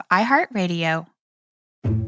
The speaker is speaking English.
iHeartRadio